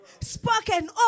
spoken